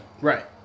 Right